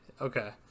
Okay